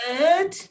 Good